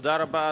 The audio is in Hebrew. תודה רבה.